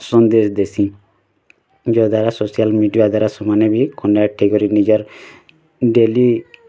ସନ୍ଦେଶ ଦେସି ଜ ଦ୍ଵାରା ସୋସିଆଲ୍ ମିଡ଼ିଆ ଦ୍ଵାରା ସେମାନେ ବି କନେକ୍ଟ ହେଇ କରି ନିଜର୍ ଡେଲି